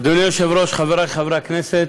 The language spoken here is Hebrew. אדוני היושב-ראש, חברי חברי הכנסת,